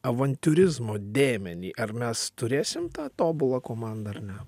avantiūrizmo dėmenį ar mes turėsim tą tobulą komandą ar ne